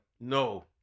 No